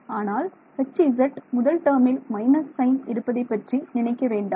ஆனால் Hz முதல் டேர்மில் மைனஸ் சைன் இருப்பதை பற்றி நினைக்க வேண்டாம்